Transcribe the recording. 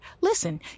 Listen